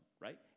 right